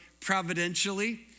providentially